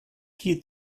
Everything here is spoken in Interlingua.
qui